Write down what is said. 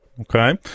Okay